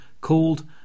called